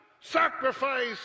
sacrifice